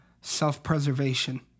self-preservation